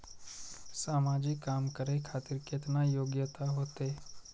समाजिक काम करें खातिर केतना योग्यता होते?